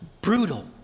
brutal